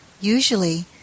Usually